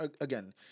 again